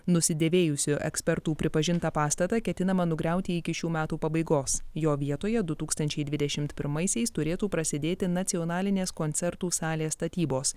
nusidėvėjusiu ekspertų pripažintą pastatą ketinama nugriauti iki šių metų pabaigos jo vietoje du tūkstančiai dvidešimt pirmaisiais turėtų prasidėti nacionalinės koncertų salės statybos